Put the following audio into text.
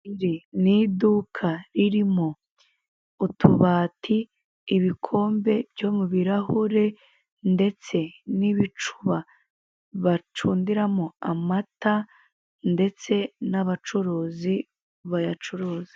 Iri ni iduka ririmo utubati ibikombe byo mu birahure ndetse n'ibicuba bacundiramo amata ndetse n'abacuruzi bayacuruza.